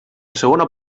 segona